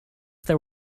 there